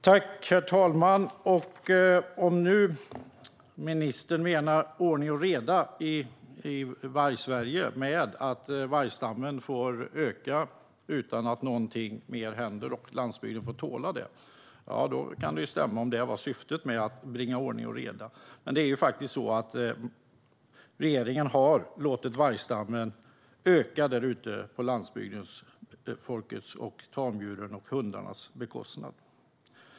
Herr talman! Om ministern med ordning och reda i Vargsverige menar att vargstammen får öka utan att något mer händer och att landsbygden får tåla detta kan det stämma, om det var syftet med att bringa ordning och reda. Regeringen har låtit vargstammen öka på landsbygden - på landsbygdsbefolkningens, tamdjurens och hundarnas bekostnad.